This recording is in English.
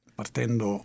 partendo